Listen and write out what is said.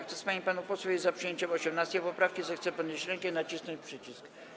Kto z pań i panów posłów jest za przyjęciem 18. poprawki, zechce podnieść rękę i nacisnąć przycisk.